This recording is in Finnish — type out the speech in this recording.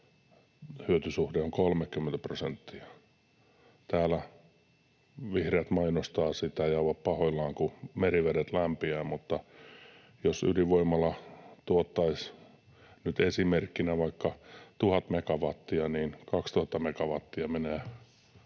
hyötysuhde on 30 prosenttia. Täällä vihreät mainostavat sitä ja ovat pahoillaan, kun merivedet lämpiävät. Mutta jos ydinvoimala tuottaisi vaikka, nyt esimerkkinä, 1 000 megawattia, niin 2 000 megawattia menee